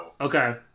Okay